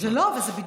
זה בדיוק ככה.